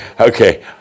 Okay